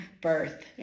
birth